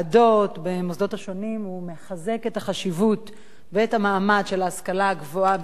במוסדות השונים מחזק את החשיבות ואת המעמד של ההשכלה הגבוהה בישראל,